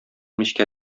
мичкә